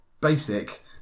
basic